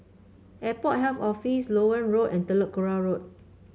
Airport Health Office Loewen Road and Telok Kurau Road